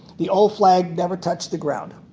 the old flag never touched the ground.